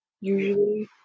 usually